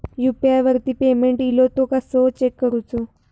UPI वरती payment इलो तो कसो चेक करुचो?